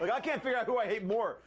i can't figure out who i hate more,